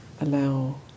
allow